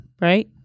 right